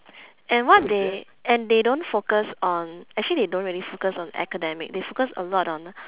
and what they and they don't focus on actually they don't really focus on academic they focus a lot on